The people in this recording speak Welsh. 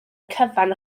cyfan